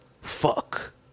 fuck